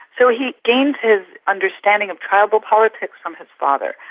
so he gained his understanding of tribal politics from his father.